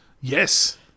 Yes